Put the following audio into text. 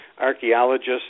archaeologists